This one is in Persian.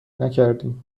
نکردیم